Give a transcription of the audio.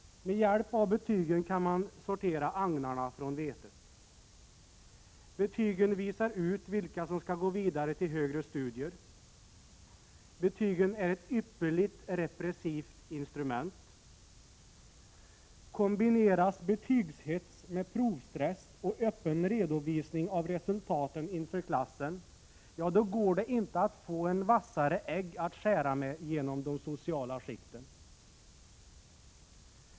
Med hjälp av betygen kan man sortera agnarna från vetet. Betygen utvisar vilka som skall gå vidare till högre studier. Betygen är ett ypperligt repressivt instrument. Om betygshets kombineras med provstress och öppen redovisning av resultaten inför klassen, går det inte att få en vassare egg att skära med genom de sociala skikten.